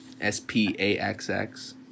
S-P-A-X-X